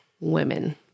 women